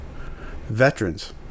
veterans